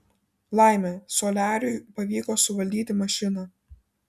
laimė soliariui pavyko suvaldyti mašiną